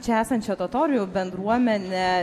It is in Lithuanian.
čia esančią totorių bendruomenę